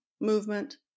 movement